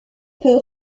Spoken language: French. peu